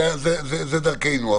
זו דרכנו.